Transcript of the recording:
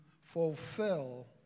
fulfill